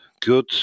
good